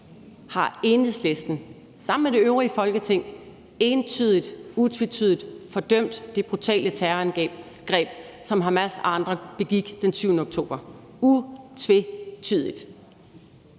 har Enhedslisten sammen med det øvrige Folketing entydigt, utvetydigt fordømt det brutale terrorangreb, som Hamas og andre begik den 7. oktober; utvetydigt.